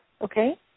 Okay